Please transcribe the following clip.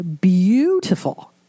beautiful